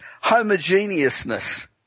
Homogeneousness